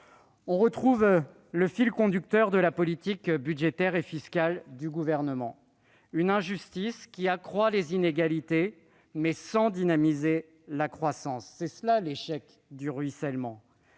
On retrouve le fil conducteur de la politique budgétaire et fiscale du Gouvernement : une injustice qui accroît les inégalités sans dynamiser la croissance. C'est l'échec du ruissellement